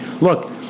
look